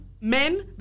men